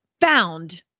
found